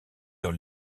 dans